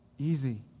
easy